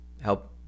help